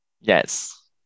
Yes